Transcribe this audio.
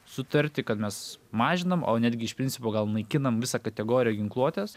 sutarti kad mes mažinam o netgi iš principo gal naikinam visą kategoriją ginkluotės